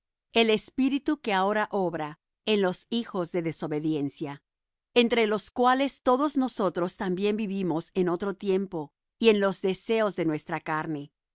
el espíritu que ahora obra en los hijos de desobediencia entre los cuales todos nosotros también vivimos en otro tiempo en los deseos de nuestra carne